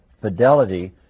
fidelity